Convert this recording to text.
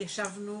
ישבנו